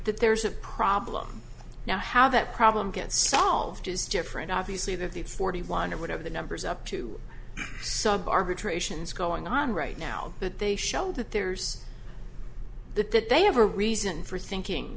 that there's a problem now how that problem gets solved is different obviously that the forty one or whatever the number's up to sub arbitrations going on right now but they show that there's the that they have a reason for thinking